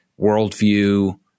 worldview